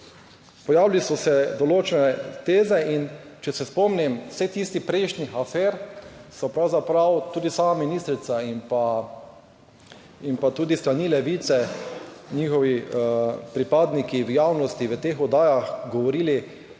pojavili so se določene teze in če se spomnim vseh tistih prejšnjih afer so pravzaprav, tudi sama ministrica in pa in pa tudi s strani Levice njihovi pripadniki v javnosti v teh oddajah govorili,